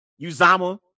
Uzama